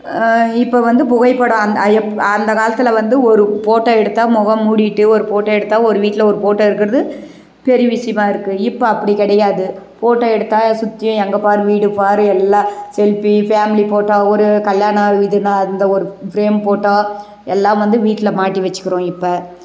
இப்போ வந்து புகைப்படம் அந்த அந்த காலத்தில் வந்து ஒரு போட்டோ எடுத்தால் முகம் மூடிட்டு ஒரு போட்டோ எடுத்தால் ஒரு வீட்டில் ஒரு போட்டோ இருக்கிறது பெரிய விஷயமா இருக்குது இப்போ அப்படி கிடையாது போட்டோ எடுத்தால் சுற்றி அங்கே பார் வீடு பார் எல்லாம் செல்ப்பி ஃபேமிலி போட்டோ ஒரு கல்யாண இதுனா அந்த ஒரு ஃப்ரேம் போட்டோ எல்லாம் வந்து வீட்டில் மாட்டி வெச்சுக்கிறோம் இப்போ